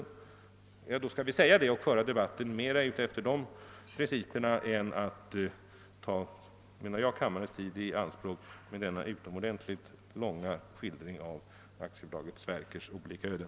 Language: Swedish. Om det är det sistnämnda vi menat, då skall vi säga ut detta och föra debatten mera på det principiella planet än ta kammarens tid i anspråk med denna utomordentligt långa skildring av AB Sverkers olika öden.